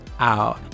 out